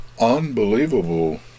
unbelievable